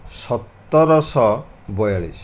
ସତରଶହ ବୟାଳିଶ